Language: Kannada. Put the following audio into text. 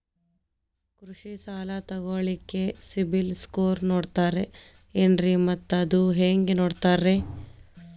ಕೃಷಿ ಸಾಲ ತಗೋಳಿಕ್ಕೆ ಸಿಬಿಲ್ ಸ್ಕೋರ್ ನೋಡ್ತಾರೆ ಏನ್ರಿ ಮತ್ತ ಅದು ಹೆಂಗೆ ನೋಡ್ತಾರೇ?